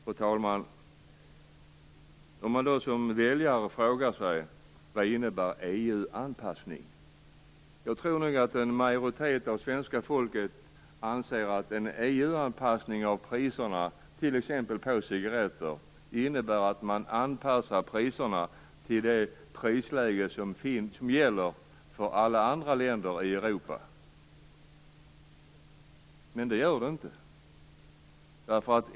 Då kan man som väljare fråga sig vad EU-anpassning innebär. Jag tror nog att en majoritet av svenska folket anser att en EU-anpassning av priserna på t.ex. cigaretter innebär att man anpassar priserna till det prisläge som gäller för alla andra länder i Europa. Men det gör det inte.